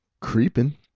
creeping